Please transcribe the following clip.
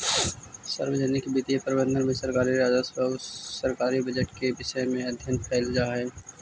सार्वजनिक वित्तीय प्रबंधन में सरकारी राजस्व आउ सरकारी बजट के विषय में अध्ययन कैल जा हइ